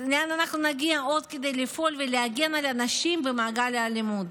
לאן אנחנו נגיע עוד כדי לפעול ולהגן על נשים במעגל האלימות?